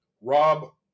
Rob